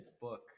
book